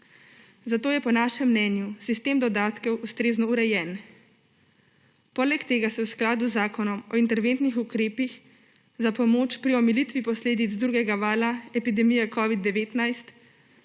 Zato je po našem mnenju sistem dodatkov ustrezno urejen. Poleg tega se v skladu z zakonom o interventnih ukrepih za pomoč pri omilitvi posledic drugega vala epidemije covid-19